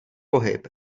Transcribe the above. pohyb